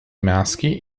maschi